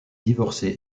divorcé